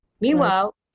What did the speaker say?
Meanwhile